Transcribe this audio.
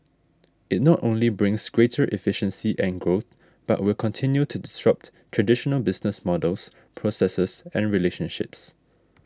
it not only brings greater efficiency and growth but will continue to disrupt traditional business models processes and relationships